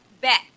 bet